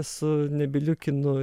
su nebyliu kinu